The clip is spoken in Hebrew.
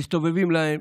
מסתובבים להם.